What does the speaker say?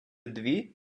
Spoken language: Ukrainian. дві